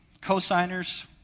Cosigners